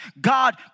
God